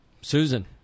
Susan